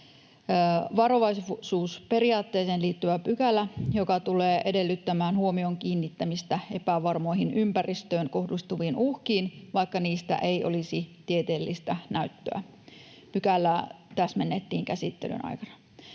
varovaisuusperiaatteeseen liittyvä pykälä, joka tulee edellyttämään huomion kiinnittämistä epävarmoihin ympäristöön kohdistuviin uhkiin, vaikka niistä ei olisi tieteellistä näyttöä. Pykälää täsmennettiin käsittelyn aikana.